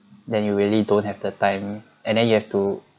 then you really don't have the time and then you have to